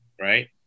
right